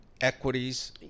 Equities